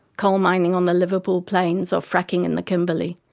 coal mining on the liverpool plains or fracking in the kimberley.